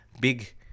big